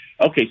Okay